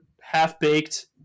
half-baked